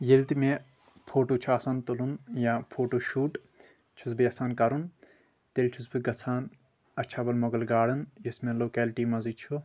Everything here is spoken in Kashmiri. ییٚلہِ تہِ مےٚ فوٹو چھ آسان تُلُن یا فوٹو شوٗٹ چھس بہٕ یژھان کرُن تیٚلہِ چُھس بہٕ گژھان اچھہ بل مُغل گاڑن یُس مےٚ لوکیلٹی منٛزٕے چھُ